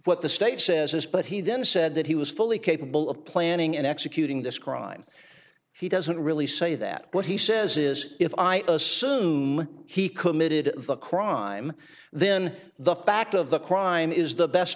what the state says is but he then said that he was fully capable of planning and executing this crime he doesn't really say that what he says is if i assume he committed the crime then the fact of the crime is the best